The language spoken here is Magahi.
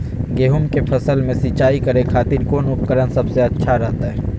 गेहूं के फसल में सिंचाई करे खातिर कौन उपकरण सबसे अच्छा रहतय?